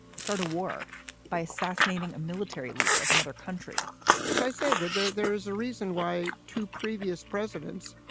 start a war by assassinating a military leader of another country as i say that there there is a reason reason why two previous presidents,